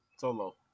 Solo